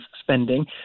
spending